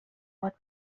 باد